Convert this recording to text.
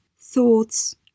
thoughts